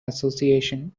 association